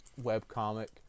webcomic